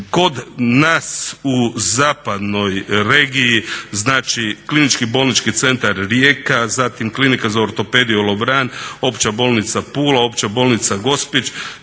Kod nas u zapadnoj regiji znači Klinički bolnički centar Rijeka, zatim Klinika za ortopediju Lovran, Opća bolnica Pula, Opća bolnica Gospić,